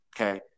okay